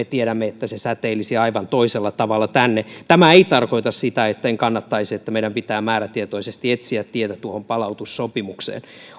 tiedämme että se säteilisi aivan toisella tavalla tänne tämä ei tarkoita sitä etten kannattaisi sitä että meidän pitää määrätietoisesti etsiä tietä tuohon palautussopimukseen